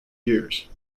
years